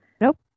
Nope